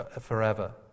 forever